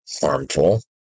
harmful